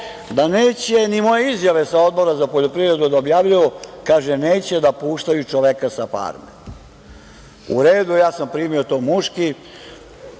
da neće ni moje izjave sa Odbora za poljoprivredu da objavljuju, kaže – neće da pitaju čoveka sa „Farme“. U redu, ja sam primio to muški.